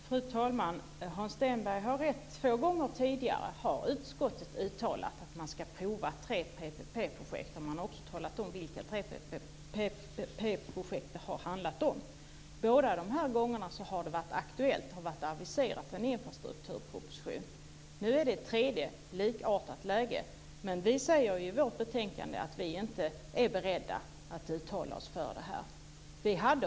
Fru talman! Hans Stenberg har rätt: Två gånger tidigare har utskottet uttalat att man ska prova tre PPP-projekt. Man har också talat om vilka tre PPP projekt det har handlat om. Båda gångerna har en infrastrukturproposition varit aviserad. Nu är det ett tredje likartat läge. I vårt betänkande säger vi att vi inte är beredda att uttala oss för detta.